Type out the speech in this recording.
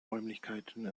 räumlichkeiten